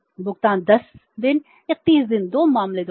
भुगतान 10 दिन या 30 दिन दो मामलों द्वारा